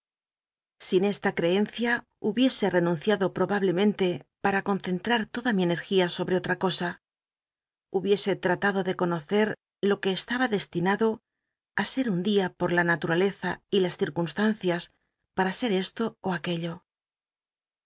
sin esta creencia hubiese renunciado probablemente para conccnha toda mi energía sobre otra cosa hubiese tratado de conocer lo que estaba destinado á ser un flia por la natumleza y las citcunslancias paa se esto ú aqncllo